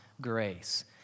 grace